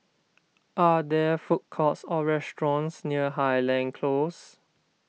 are there food courts or restaurants near Highland Close